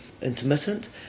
intermittent